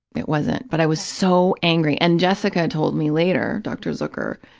it wasn't. but i was so angry. and jessica told me later, dr. zucker,